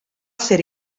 ser